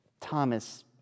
Thomas